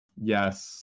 Yes